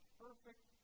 perfect